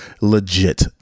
legit